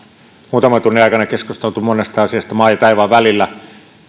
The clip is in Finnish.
muutaman tunnin aikana keskusteltu monesta asiasta maan ja taivaan välillä